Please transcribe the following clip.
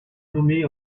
nommée